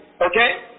Okay